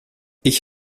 ich